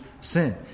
sin